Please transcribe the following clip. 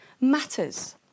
matters